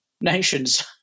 nations